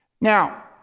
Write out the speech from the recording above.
Now